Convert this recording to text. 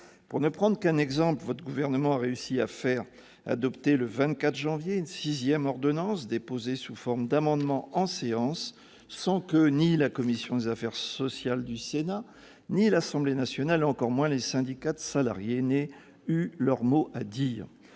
Pour ne prendre qu'un exemple, votre gouvernement a réussi à faire adopter, le 24 janvier, une sixième ordonnance, déposée sous forme d'amendement en séance, sans que ni la commission des affaires sociales du Sénat, ni l'Assemblée nationale, ni encore moins les syndicats de salariés, aient eu leur mot à dire.